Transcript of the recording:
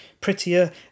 prettier